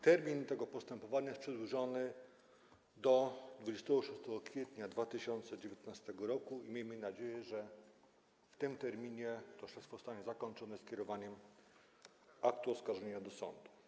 Termin tego postępowania jest przedłużony do 26 kwietnia 2019 r. i miejmy nadzieję, że w tym terminie to śledztwo zostanie zakończone skierowaniem aktu oskarżenia do sądu.